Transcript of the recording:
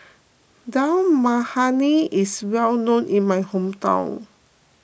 Dal Makhani is well known in my hometown